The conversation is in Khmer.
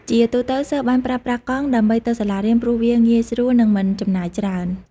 ជាទូទៅសិស្សបានប្រើប្រាស់កង់ដើម្បីទៅសាលារៀនព្រោះវាងាយស្រួលនិងមិនចំណាយច្រើន។